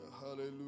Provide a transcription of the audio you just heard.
hallelujah